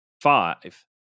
five